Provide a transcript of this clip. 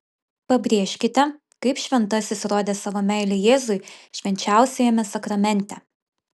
pabrėžkite kaip šventasis rodė savo meilę jėzui švenčiausiajame sakramente